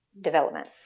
development